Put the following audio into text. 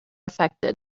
affected